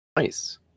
Nice